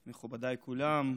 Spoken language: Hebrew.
מכובדיי כולם,